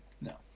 No